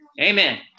Amen